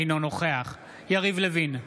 אינו נוכח יריב לוין,